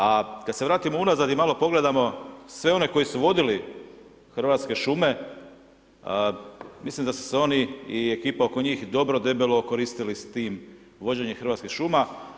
A kad se vratimo unazad i malo pogledamo sve one koji su vodili Hrvatske šume mislim da su se oni i ekipa oko njih dobro debelo okoristili s tim vođenjem Hrvatskih šuma.